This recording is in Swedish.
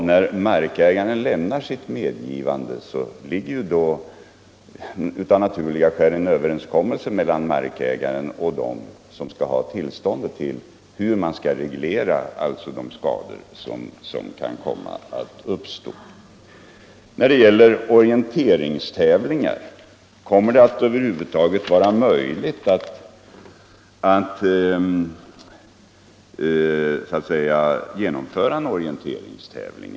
När markägaren lämnar sitt medgivande ligger av naturliga skäl däri en överenskommelse mellan markägaren och den som begär tillstånd om hur man skall reglera de skador som kan komma att uppstå. Även i fortsättningen kommer det att vara möjligt att arrangera orien teringstävlingar.